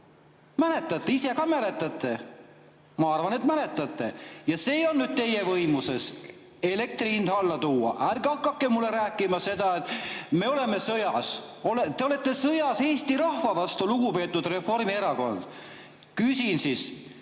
Mäletate? Ise ka mäletate? Ma arvan, et mäletate. Ja see on nüüd teie võimuses, elektri hind alla tuua. Ärge hakake mulle rääkima seda, et me oleme sõjas. Te olete sõjas Eesti rahva vastu, lugupeetud Reformierakond. Küsin siis,